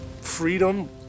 freedom